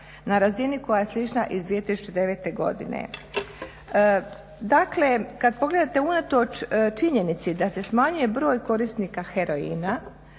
na razini koja je slična iz 2009.godine. Dakle kada pogledate unatoč činjenici da se smanjuje broj korisnika heroina,